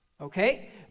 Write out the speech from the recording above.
Okay